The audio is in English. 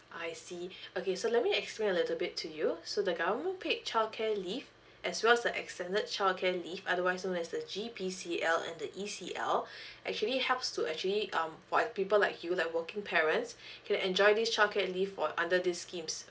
I see okay so let me explain a little bit to you so the government paid childcare leave as well as a extended childcare leave otherwise known as the G_P_C_L and the E_C_L actually helps to actually um for people like you like working parents can enjoy this childcare leave for under this scheme